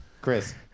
Chris